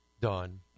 done